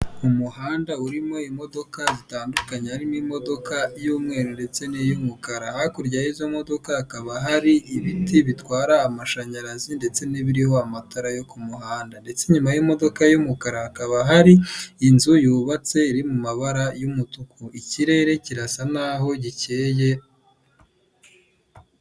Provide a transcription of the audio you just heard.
Umuhanda urimo imodoka zitandukanye, harimo imodoka y'umweru ndetse n'iy'umukara, hakurya y'izo modoka hakaba hari ibiti bitwara amashanyarazi ndetse n'ibiriho amatara yo ku muhanda, ndetse inyuma y'imodoka y'umukara hakaba hari, inzu yubatse iri mu mabara y'umutuku, ikirere kirasa naho gikeye.